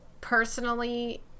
personally